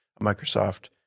Microsoft